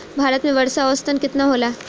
भारत में वर्षा औसतन केतना होला?